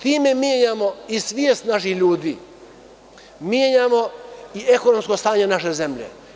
Time menjamo i svest naših ljudi, menjamo i ekonomsko stanje naše zemlje.